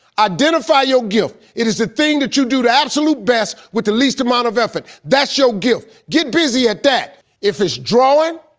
identify your gift, it is the thing that you do the absolute best, with the least amount of effort, that's your gift. get busy at that. if it's drawing,